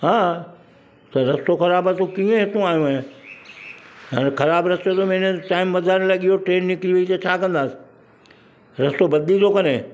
हा त रस्तो ख़राबु आहे तूं कीअं हितां आयो आहीं अरे ख़राबु रस्ते ते मेरे टाइम वधार लॻी वियो ट्रेन निकिरी वेई त छा कंदासि रस्तो बदिली थो करे